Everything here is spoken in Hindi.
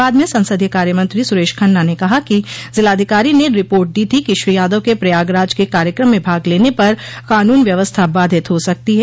बाद में संसदीय कार्यमंत्री सुरेश खन्ना ने कहा कि जिलाधिकारी ने रिपोर्ट दी थी कि श्री यादव के प्रयागराज के कार्यक्रम में भाग लेने पर कानून व्यवस्था बाधित हो सकती है